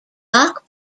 lock